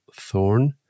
Thorn